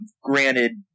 Granted